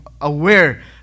aware